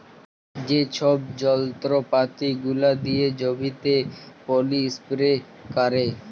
যে ছব যল্তরপাতি গুলা দিয়ে জমিতে পলী ইস্পেরে ক্যারে